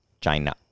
China